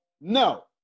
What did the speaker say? no